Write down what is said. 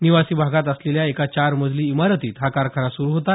निवासी भागात असलेल्या एका चार मजली इमारतीत हा कारखाना सुरू होता